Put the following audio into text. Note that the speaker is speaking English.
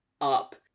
up